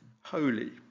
Holy